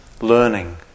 learning